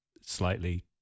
slightly